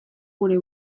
gure